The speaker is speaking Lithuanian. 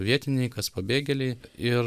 vietiniai kas pabėgėliai ir